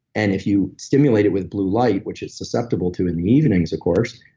and if you stimulate it with blue light, which it's susceptible to in the evenings of course,